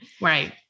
Right